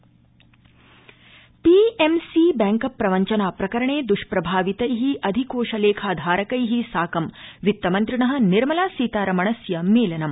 वित्त मंत्री P M C bank प्रवव्चनाप्रकरणेन दृष्प्रभावितै अधिकोषलेखाधारकै साकं वित्तमन्त्रिण निर्मला सीतारमणस्य मेलनम्